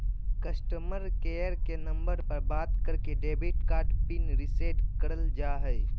customer care के number पर बात करके डेबिट कार्ड पिन रीसेट करल जा हय